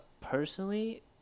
personally